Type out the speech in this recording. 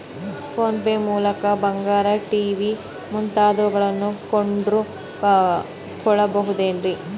Phone pay ಮೂಲಕ ಬಂಗಾರ, TV ಮುಂತಾದವುಗಳನ್ನ ಕೊಂಡು ಕೊಳ್ಳಬಹುದೇನ್ರಿ?